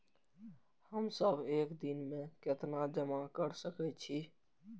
हम सब एक दिन में केतना जमा कर सके छी?